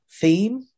theme